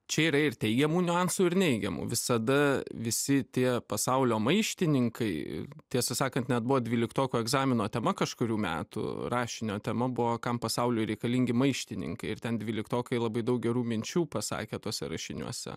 čia yra ir teigiamų niuansų ir neigiamų visada visi tie pasaulio maištininkai tiesą sakant net buvo dvyliktokų egzamino tema kažkurių metų rašinio tema buvo kam pasauliui reikalingi maištininkai ir ten dvyliktokai labai daug gerų minčių pasakė tuose rašiniuose